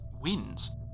wins